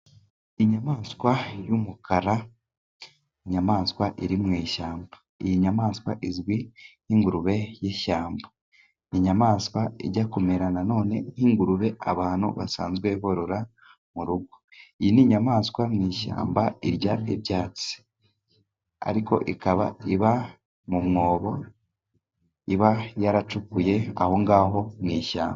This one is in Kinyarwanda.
Inyamaswa y'umukara, inyamaswa iri mu ishyamba. Iyi nyamaswa izwi nk'ingurube y'ishyamba. Ni inyamaswa ijya kumera na none nk'ingurube abantu basanzwe barora mu rugo. Iyi ni inyamaswa mu ishyamba irya ibyatsi, ariko ikaba iba mu mwobo iba yaracukuye aho ngaho mu ishyamba.